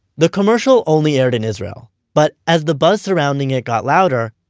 the commercial only aired in israel, but as the buzz surrounding it got louder,